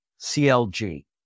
CLG